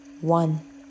one